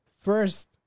first